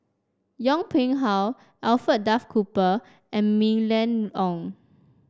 Yong Pung How Alfred Duff Cooper and Mylene Ong